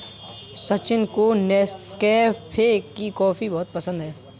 सचिन को नेस्कैफे की कॉफी बहुत पसंद है